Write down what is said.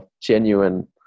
genuine